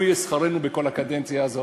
לו יהיה שכרנו בכל הקדנציה הזו.